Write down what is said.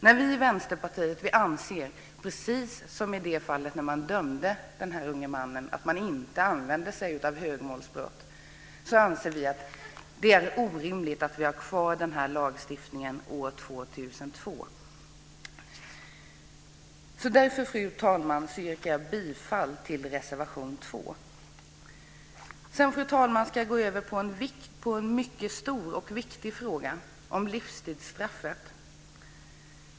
När man dömde den unge mannen använde man sig inte av rubriceringen högmålsbrott. Vi i Vänsterpartiet anser att det är orimligt att denna lagstiftning finns kvar år 2002. Därför, fru talman, yrkar jag bifall till reservation 2. Fru talman! Jag ska gå över till en mycket stor och viktig fråga - den om livstidsstraffet.